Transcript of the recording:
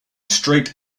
straight